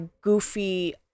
goofy